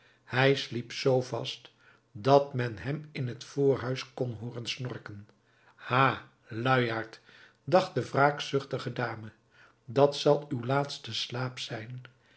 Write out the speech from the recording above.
hij sliep zoo vast dat men hem in het voorhuis kon hooren snorken ha luiaard dacht de wraakzuchtige dame dat zal uw laatste slaap zijn